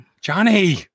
Johnny